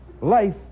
Life